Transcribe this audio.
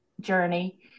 journey